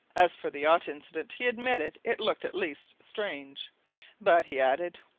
as for the yacht incident, he admitted it looked at least strange but, he added,